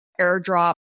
airdrop